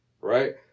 right